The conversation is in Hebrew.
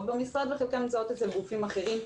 במשרד וחלקן נמצאות בגופים אחרים.